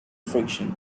friction